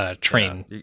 train